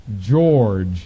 George